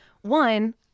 one